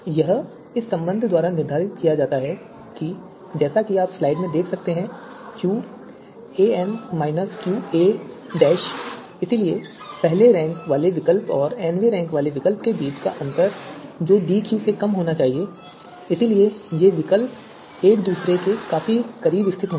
यह इस संबंध द्वारा निर्धारित किया जाता है जैसा कि आप स्लाइड में देख सकते हैं Qa - Qa इसलिए पहले रैंक वाले विकल्प और nवें रैंक वाले विकल्प के बीच का अंतर जो DQ से कम होना चाहिए इसलिए ये विकल्प एक दूसरे के काफी करीब स्थित होंगे